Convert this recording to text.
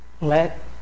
Let